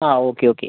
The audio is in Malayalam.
ആ ഓക്കെ ഓക്കെ